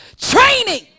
training